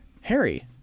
Harry